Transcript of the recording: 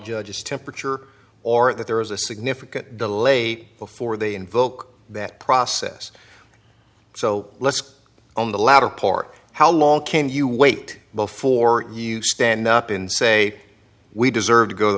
judge's temperature or that there is a significant delay before they invoke that process so let's go on the latter part how long can you wait before you stand up and say we deserve to go